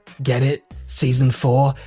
get it? season four,